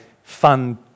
fun